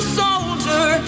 soldier